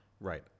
Right